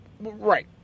Right